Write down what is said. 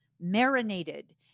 marinated